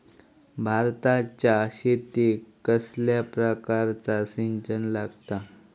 भाताच्या शेतीक कसल्या प्रकारचा सिंचन लागता?